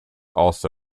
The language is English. also